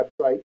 website